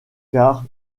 car